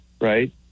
right